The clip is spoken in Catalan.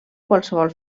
qualsevol